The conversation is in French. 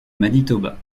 manitoba